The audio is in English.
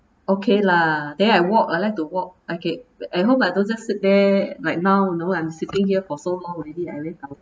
okay lah then I walk I like to walk I get at home I don't just sit there like now you know I'm sitting here for so long already I very